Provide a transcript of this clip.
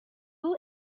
who